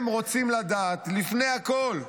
הם רוצים לדעת, לפני הכול,